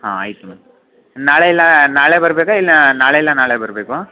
ಹಾಂ ಆಯಿತು ಮ್ಯಾಮ್ ನಾಳೆ ಇಲ್ಲಾ ನಾಳೆ ಬರಬೇಕ ಇಲ್ಲ ನಾಳೆ ಇಲ್ಲ ನಾಳೆ ಬರಬೇಕೊ